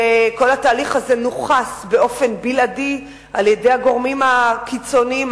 כי כל התהליך הזה נוכס באופן בלעדי על-ידי הגורמים הקיצוניים,